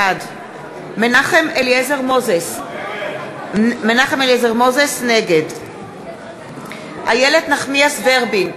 בעד מנחם אליעזר מוזס, נגד איילת נחמיאס ורבין,